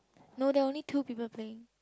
no there are only two people playing